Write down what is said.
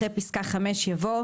אחרי פסקה (5) יבוא: